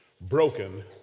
broken